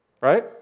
Right